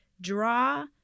draw